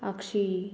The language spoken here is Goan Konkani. आक्षी